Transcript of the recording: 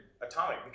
atomic